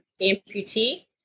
amputee